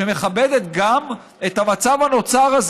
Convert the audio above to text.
שמכבדת גם את המצב הזה שנוצר,